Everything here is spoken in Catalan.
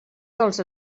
dels